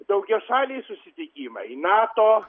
daugiašaliai susitikimai nato